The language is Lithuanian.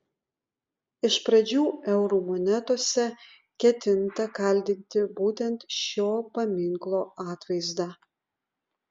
iš pradžių eurų monetose ketinta kaldinti būtent šio paminklo atvaizdą